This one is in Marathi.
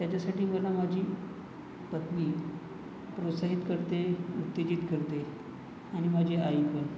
त्याच्यासाठी मला माझी पत्नी प्रोत्साहित करते उत्तेजित करते आणि माझी आई पण